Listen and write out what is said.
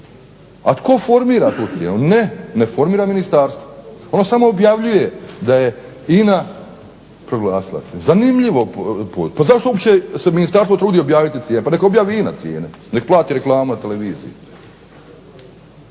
A tko formira tu cijenu? Ne, ne formira ministarstvo. Ono samo objavljuje da je INA proglasila, zanimljivo. Pa zašto se uopće ministarstvo trudi objaviti cijenu, pa neka objavi INA cijene, neka plati reklamu na televiziji.